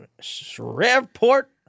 Shreveport